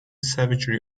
savagery